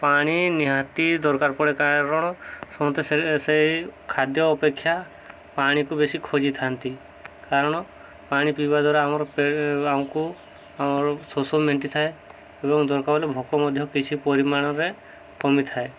ପାଣି ନିହାତି ଦରକାର ପଡ଼େ କାରଣ ସମସ୍ତେ ସେ ସେଇ ଖାଦ୍ୟ ଅପେକ୍ଷା ପାଣିକୁ ବେଶୀ ଖୋଜିଥାନ୍ତି କାରଣ ପାଣି ପିଇବା ଦ୍ୱାରା ଆମର ପେ ଆମକୁ ଆମର ଶୋଷ ମେଣ୍ଟି ଥାଏ ଏବଂ ଦରକାର ବଲେ ଭୋକ ମଧ୍ୟ କିଛି ପରିମାଣରେ କମି ଥାଏ